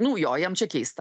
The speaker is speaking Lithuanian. nu jo jam čia keista